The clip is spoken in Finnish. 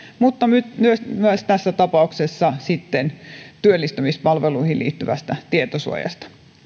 mutta myös myös tässä tapauksessa työllistymispalveluihin liittyvästä tietosuojasta